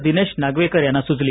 दिनेश नागवेकर यांना सुचली